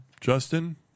Justin